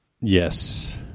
Yes